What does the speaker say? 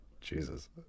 jesus